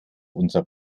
unser